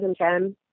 2010